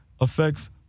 affects